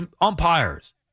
umpires